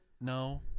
No